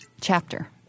chapter